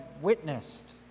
witnessed